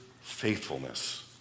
faithfulness